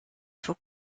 faut